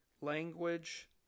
language